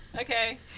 okay